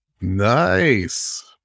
Nice